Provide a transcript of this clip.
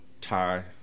tie